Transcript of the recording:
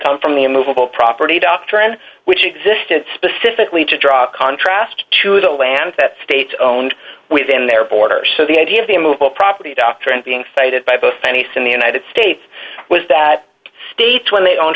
come from the movable property doctrine which existed specifically to draw contrast to the lands that state owned within their borders so the idea of the move of property doctrine being cited by both any sin the united states was that states when they own